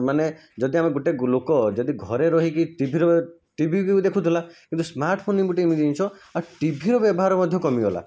ମାନେ ଜଦି ଆମେ ଗୋଟେ ଲୋକ ଜଦି ଘରେ ରହିକି ଟିଭିରେ ଟିଭିକୁ ଦେଖୁଥିଲା କିନ୍ତୁ ସ୍ମାର୍ଟଫୋନ୍ ଗୋଟେ ଏମିତି ଜିନିଷ ଟିଭିର ବ୍ୟବହାର ମଧ୍ୟ କମିଗଲା